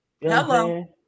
hello